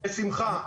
בשמחה.